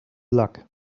luck